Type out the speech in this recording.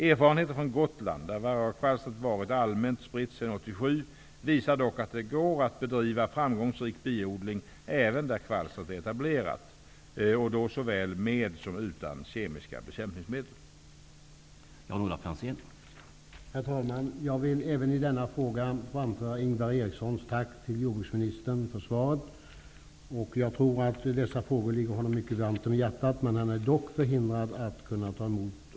Erfarenheter från Gotland, där varroakvalstret varit allmänt spritt sedan 1987, visar dock att det går att bedriva framgångsrik biodling även där kvalstret är etablerat, och då såväl med som utan kemiska bekämpningsmedel. Då Ingvar Eriksson, som framställt frågan, anmält att han var förhindrad att närvara vid sammanträdet, medgav förste vice talmannen att